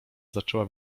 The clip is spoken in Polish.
zaczęła